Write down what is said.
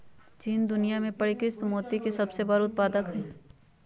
चीन दुनिया में परिष्कृत मोती के सबसे बड़ उत्पादक हई